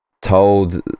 told